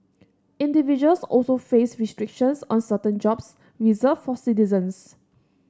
individuals also face restrictions on certain jobs reserved for citizens